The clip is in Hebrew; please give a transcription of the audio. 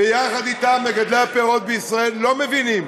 ויחד אתם מגדלי הפירות בישראל לא מבינים